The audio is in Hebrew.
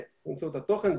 באמצעות התוכן,